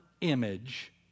image